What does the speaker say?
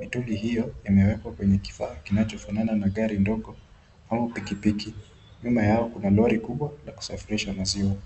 Mitungi hiyo imewekwa kwenye kifaa kinachofanana na gari ndogo au piki piki. Nyuma yaokuna lori kubwa la kusafirisha maziwa.